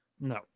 No